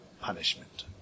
punishment